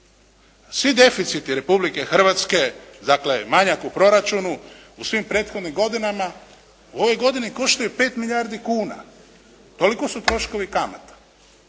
Svi deficiti Republike Hrvatske, dakle manjak u proračunu u svim prethodnim godinama u ovoj godini koštaju 5 milijardi kuna. Toliko su troškovi kamata